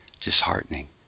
disheartening